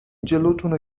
جلوتونو